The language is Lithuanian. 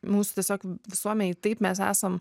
mūsų tiesiog visuomenėj taip mes esam